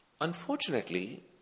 Unfortunately